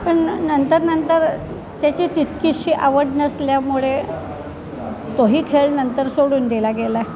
पण नंतर नंतर त्याची तितकीशी आवड नसल्यामुळे तोही खेळ नंतर सोडून दिला गेला